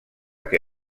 que